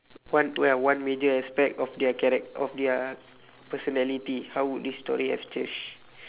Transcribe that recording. one ya one major aspect of their charac~ of their personality how would this story have changed